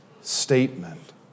statement